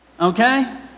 Okay